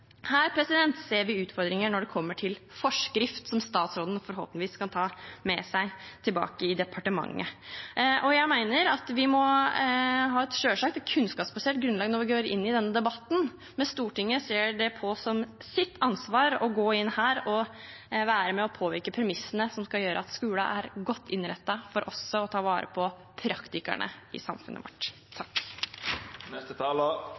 Her ser vi utfordringer når det gjelder forskrift, som statsråden forhåpentligvis kan ta med seg tilbake til departementet. Jeg mener at vi selvsagt må ha et kunnskapsbasert grunnlag når vi går inn i denne debatten, men Stortinget ser det som sitt ansvar å gå inn her og være med og påvirke premissene som skal gjøre at skolen er godt innrettet for også å ta vare på praktikerne i samfunnet vårt.